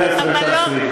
חברת הכנסת רויטל סויד.